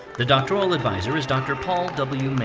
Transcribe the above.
the doctoral advisor is dr. paul w. mayne.